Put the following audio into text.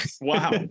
wow